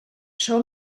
show